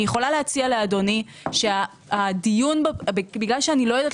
אני יכולה להציע לאדוני בגלל שאיני יודעת